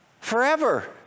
forever